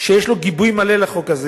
שיש לו גיבוי מלא לחוק הזה.